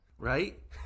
Right